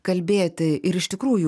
kalbėti ir iš tikrųjų